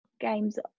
games